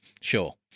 Sure